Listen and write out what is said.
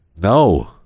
no